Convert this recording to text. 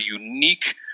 unique